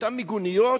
לאותן מיגוניות,